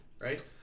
right